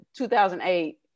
2008